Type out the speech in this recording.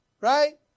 Right